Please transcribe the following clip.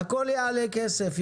הכול יעלה כסף,